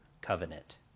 covenant